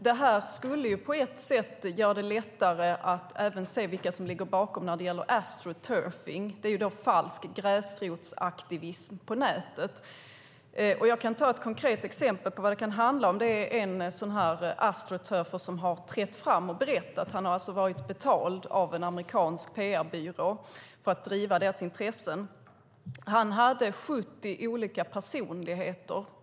Detta skulle på ett sätt göra det lättare att även se vilka som ligger bakom när det gäller astroturfing, vilket alltså är falsk gräsrotsaktivism på nätet. Jag kan ta ett konkret exempel på vad det kan handla om. Det är en astroturfer som har trätt fram och berättat att han har varit betald av en amerikansk PR-byrå för att driva deras intressen. Han hade 70 olika personligheter.